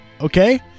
Okay